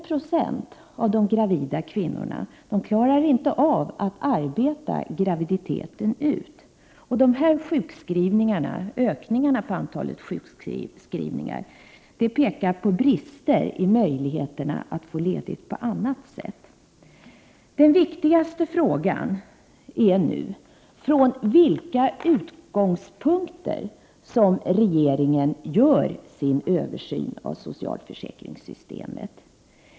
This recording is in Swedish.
Ca 81 X av de gravida kvinnorna klarar inte av att arbeta under hela graviditeten. Ökningen av antalet sjukskrivningar av gravida kvinnor pekar på brister när det gäller möjligheten att få ledigt på annat sätt. Den viktigaste frågan är nu från vilka utgångspunkter regeringen gör sin översyn av socialförsäkringssystemet.